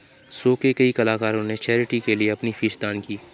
show के कई कलाकारों ने चैरिटी के लिए अपनी फीस दान की